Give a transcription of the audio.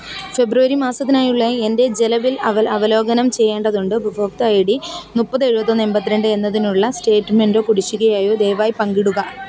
ഫെബ്രുവരി മാസത്തിനായുള്ള എൻ്റെ ജല ബിൽ അവലോകനം ചെയ്യേണ്ടതുണ്ട് ഉപഭോക്തൃ ഐ ഡി മുപ്പത് എഴുപത്തൊന്ന് എൺപത്തി രണ്ട് എന്നതിനുള്ള സ്റ്റേറ്റ്മെൻ്റോ കുടിശ്ശികയോ ദയവായി പങ്കിടുക